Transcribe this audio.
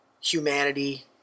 humanity